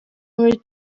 muri